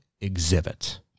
exhibit